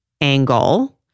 angle